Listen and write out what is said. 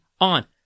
on